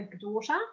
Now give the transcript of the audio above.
daughter